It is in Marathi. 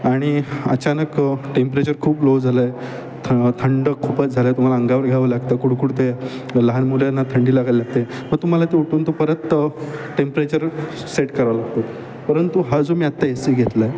आणि अचानक टेम्परेचर खूप लो झालंय थंड खूपच झालंय तुम्हाला अंगावर घ्यावं लागतं कुडकुडते लहान मुल्यांना थंडी लागाव लागते मं तुम्हाला ते उठून तो परत टेम्परेचर सेट करावं लागतो परंतु हा जो मी आत्ता एसी घेतलाय